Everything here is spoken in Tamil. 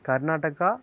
கர்நாடகா